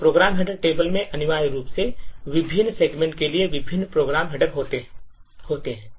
तो program header table में अनिवार्य रूप से विभिन्न सेगमेंट के लिए विभिन्न प्रोग्राम हेडर होते हैं